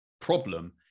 problem